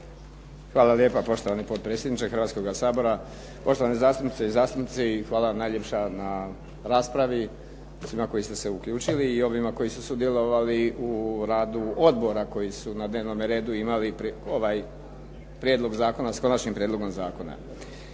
Hvala lijepa. Poštovani potpredsjedniče Hrvatskoga sabora, poštovane zastupnice i zastupnici. Hvala vam najljepša na raspravi svima koji ste se uključili i ovima koji su sudjelovali u radu odbora koji su na dnevnome redu imali ovaj prijedlog zakona s konačnim prijedlogom zakona.